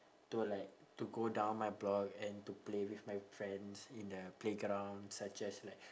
to like to go down my block and to play with my friends in the playground such as like